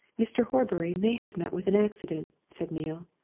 mr. horbury may have met with an accident, said neale.